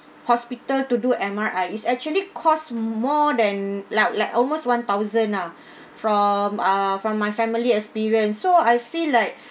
hospital to do M_R_I is actually cost more than like like almost one thousand ah from ah from my family experience so I feel like